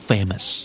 Famous